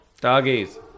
Doggies